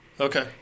Okay